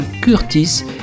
Curtis